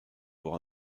pour